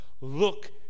look